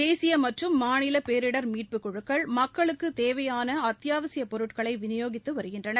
தேசிய மற்றும் மாநில பேரிடர் மீட்புக் குழுக்கள் மக்களுக்குத் தேவையான அத்தியாவசியப் பொருட்களை விநியோகித்து வருகின்றனர்